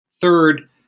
Third